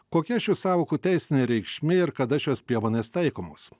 kokia šių sąvokų teisinė reikšmė ir kada šios priemonės taikomos